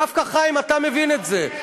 דווקא, חיים, אתה מבין את זה.